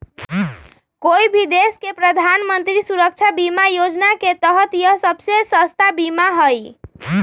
कोई भी देश के प्रधानमंत्री सुरक्षा बीमा योजना के तहत यह सबसे सस्ता बीमा हई